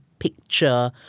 picture